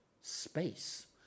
space